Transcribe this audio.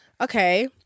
Okay